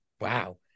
wow